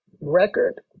record